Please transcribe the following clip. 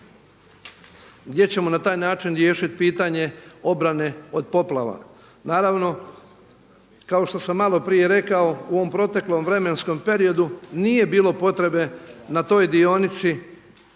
gdje ćemo na taj način riješiti pitanje obrane od poplava. Naravno kao što sam maloprije rekao u ovom proteklom vremenskom periodu nije bilo potrebe na toj dionici